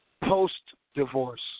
post-divorce